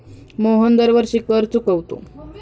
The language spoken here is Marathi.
मोहन दरवर्षी कर चुकवतो